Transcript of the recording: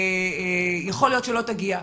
יכול להיות שלא תגיע,